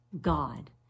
God